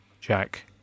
Jack